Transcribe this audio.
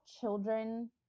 children